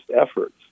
efforts